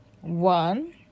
one